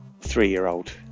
three-year-old